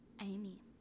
amy